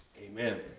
amen